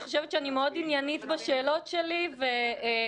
אני חושבת שאני מאוד עניינית בשאלות שלי ואני